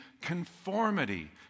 conformity